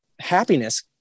happiness